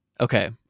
okay